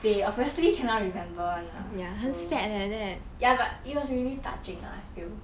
they obviously cannot remember [one] lah so ya but it was really touching ah I feel